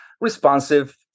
responsive